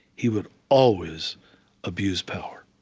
he would always abuse power